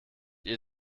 ihr